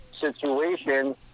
situation